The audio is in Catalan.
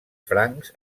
francs